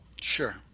sure